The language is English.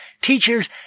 teachers